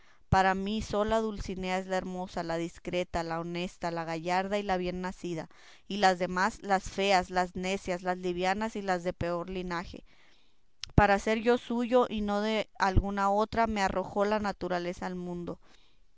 para mí sola dulcinea es la hermosa la discreta la honesta la gallarda y la bien nacida y las demás las feas las necias las livianas y las de peor linaje para ser yo suyo y no de otra alguna me arrojó la naturaleza al mundo